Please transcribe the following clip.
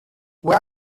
where